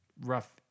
rough